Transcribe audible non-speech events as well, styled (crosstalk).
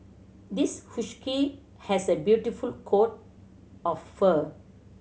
this (unintelligible) has a beautiful coat of fur